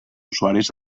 usuaris